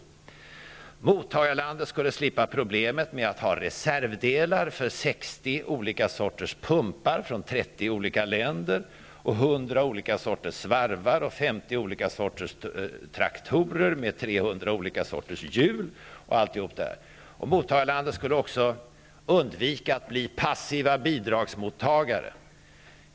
Vidare skulle mottagarlandet slippa ha problemet att ha reservdelar för 60 olika sorters pumpar från olika sorters traktorer med 300 olika sorters hjul osv. Mottagarlandet skulle också undvika att bli passiva bidragsmottagare.